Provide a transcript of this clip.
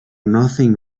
nothing